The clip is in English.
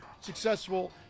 successful